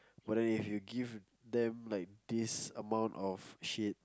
but then if you give them this amount of shit